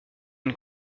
une